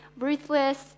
ruthless